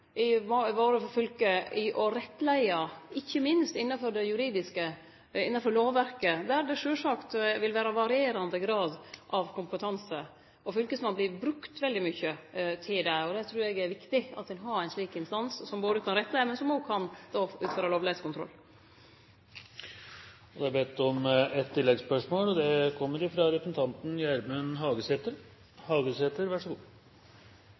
fylket i å rettleie ikkje minst innafor det juridiske, innafor lovverket, der det sjølvsagt vil vere varierande grad av kompetanse. Fylkesmannen vert brukt veldig mykje til det. Eg trur det er viktig at ein har ein slik instans som både kan rettleie og føreta lovlegheitskontroll. Det er anmodet om ett oppfølgingsspørsmål – Gjermund Hagesæter. Det er jo ingen tvil om at det er urovekkjande opplysningar som er komne fram her. Det